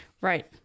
Right